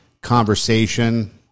conversation